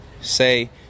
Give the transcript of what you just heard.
say